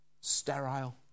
sterile